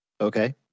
Okay